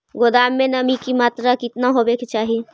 गोदाम मे नमी की मात्रा कितना होबे के चाही?